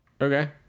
Okay